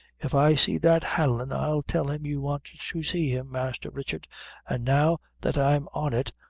if i see that hanlon, i'll tell him you want to see him, master richard an' now that i'm on it,